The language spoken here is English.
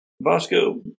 Bosco